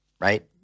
right